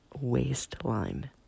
waistline